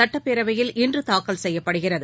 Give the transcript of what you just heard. சட்டப்பேரவையில் இன்று தாக்கல் செய்யப்படுகிறது